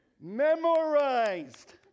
Memorized